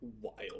wild